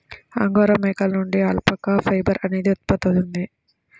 angora మేకల నుండి alpaca fibre అనేది ఉత్పత్తవుతుంది